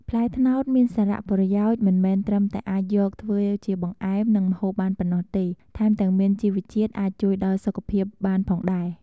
ផ្លែត្នោតមានសារៈប្រយោជន៍ មិនមែនត្រឹមតែអាចយកធ្វើជាបង្អែម និងម្ហូបបានប៉ុណ្ណោះទេ ថែមទាំងមានជីវជាតិអាចជួយដល់សុខភាពបានផងដែរ។